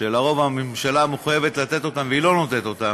שלרוב הממשלה מחויבת לתת אותם והיא לא נותנת אותם,